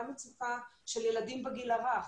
גם מצוקה של ילדים בגיל הרך,